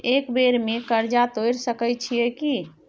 एक बेर में कर्जा तोर सके छियै की?